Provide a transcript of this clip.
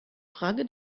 frage